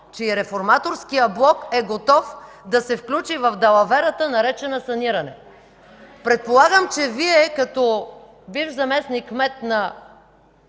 и Реформаторският блок е готов да се включи в далаверата, наречена „саниране”. Предполагам, че Вие, като бивш заместник-кмет на